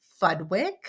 Fudwick